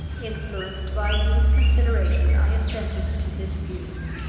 influenced by these considerations, i assented to his views.